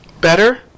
Better